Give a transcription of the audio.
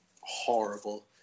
horrible